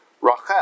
Rachel